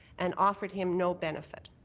and offered him no benefit.